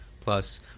plus